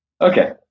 Okay